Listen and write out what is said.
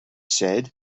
said